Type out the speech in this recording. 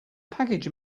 package